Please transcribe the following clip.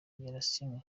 yarasinywe